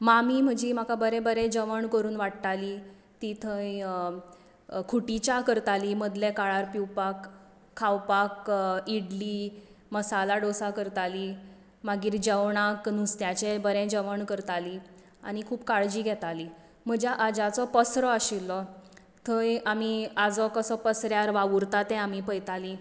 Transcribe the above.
मामी म्हजी म्हाका बरें बरें जेवण करून वाडटाली ती थंय खुटी च्या करताली मदले काळार पिवपाक खावपाक इडली मसाला डोसा करताली मागीर जेवणाक नुस्त्याचें बरें जेवण करताली आनी खूब काळजी घेताली म्हज्या आज्याचो पसरो आशिल्लो थंय आमी आजो कसो पसऱ्यार वावुरता तें आमी पळयतालीं